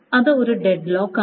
അത് ഒരു deadlock ആണ്